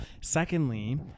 Secondly